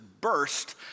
burst